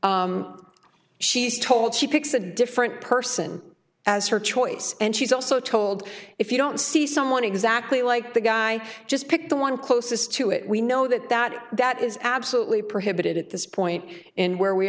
lineup she's told she picks a different person as her choice and she's also told if you don't see someone exactly like the guy just picked the one closest to it we know that that that is absolutely prohibited at this point in where we